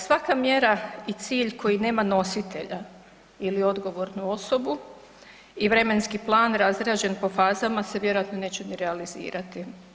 Svaka mjera i cilj koji nema nositelja ili odgovornu osobu i vremenski plan razrađen po fazama se vjerojatno neće ni realizirati.